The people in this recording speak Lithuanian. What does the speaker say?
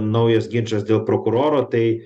naujas ginčas dėl prokuroro tai